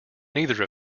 neither